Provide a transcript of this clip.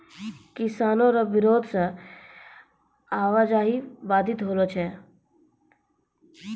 किसानो रो बिरोध से आवाजाही बाधित होलो छै